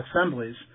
assemblies